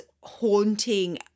haunting